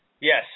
Yes